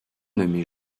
nommé